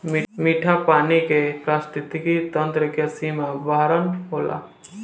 मीठा पानी के पारिस्थितिकी तंत्र के सीमा बरहन होला